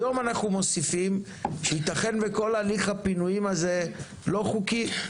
היום אנחנו מוסיפים שייתכן וכל הליך הפינויים הזה לא חוקי,